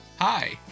Hi